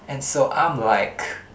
and so I'm like